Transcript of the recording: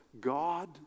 God